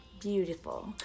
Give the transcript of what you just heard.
Beautiful